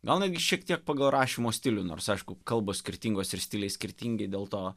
gal netgi šiek tiek pagal rašymo stilių nors aišku kalbos skirtingos ir stiliai skirtingi dėl to